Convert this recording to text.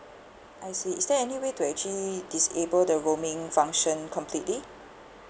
I see is there any way to actually disable the roaming function completely